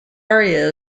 area